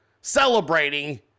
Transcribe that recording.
Celebrating